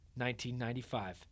1995